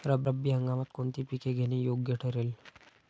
रब्बी हंगामात कोणती पिके घेणे योग्य ठरेल?